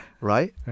right